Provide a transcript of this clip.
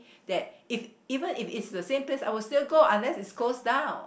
that if even if it is the same place I will still go unless is closed down